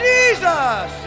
Jesus